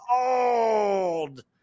old